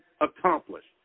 accomplished